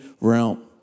realm